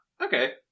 Okay